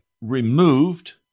removed